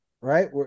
right